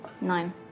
Nine